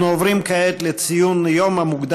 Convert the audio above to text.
אנחנו עוברים כעת להצעות לסדר-היום מס'